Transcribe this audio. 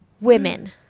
women